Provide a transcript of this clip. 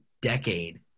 decade